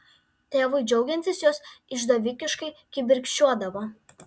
tėvui džiaugiantis jos išdavikiškai kibirkščiuodavo